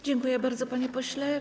Dziękuję bardzo, panie pośle.